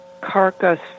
carcass